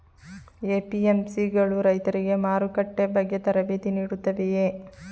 APMC ಗಳು ರೈತರಿಗೆ ಮಾರುಕಟ್ಟೆ ಬಗ್ಗೆ ತರಬೇತಿ ನೀಡುತ್ತವೆಯೇ?